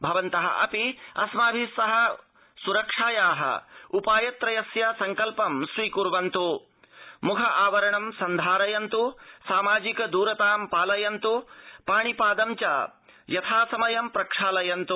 भवन्त अपि अस्माभि सह सुरक्षाया उपाय त्रयस्य सङ्कल्प स्वीकुर्वन्तु मुख आवरणं सन्धारयन्तु सामाजिक द्रता पालयन्त पाणि पाद च यथा समय ं प्रक्षालयन्तु